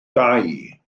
dau